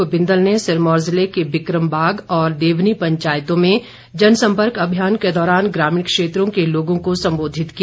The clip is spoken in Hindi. उधर भाजपा नेता राजीव बिंदल ने बिक्रमबाग और देवनी पंचायतों में जनसम्पर्क अभियान के दौरान ग्रामीण क्षेत्रों के लोगों को संबोधित किया